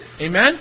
Amen